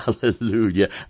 hallelujah